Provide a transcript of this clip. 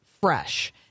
fresh